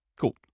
Cool